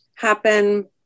happen